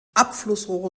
abflussrohre